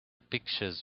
pictures